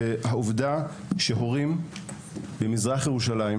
זה העובדה שיותר ויותר הורים במזרח ירושלים,